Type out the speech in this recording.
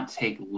take